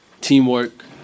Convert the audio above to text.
Teamwork